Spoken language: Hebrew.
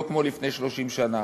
לא כמו לפני 30 שנה.